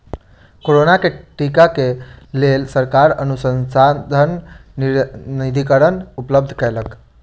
corona के टीका क लेल सरकार अनुसन्धान निधिकरण उपलब्ध कयलक